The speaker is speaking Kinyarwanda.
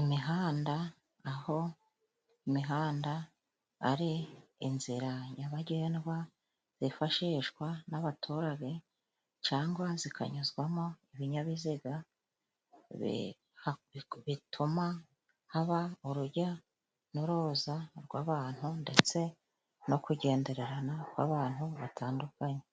imihanda, aho imihanda ari inzira nyabagendwa zifashishwa n'abaturage, cyangwa zikanyuzwamo ibinyabiziga bituma haba urujya n'uruza rw'abantu ndetse no kugendererana kw'abantu batandukanye.